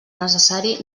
necessari